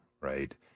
right